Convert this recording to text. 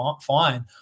Fine